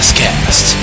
cast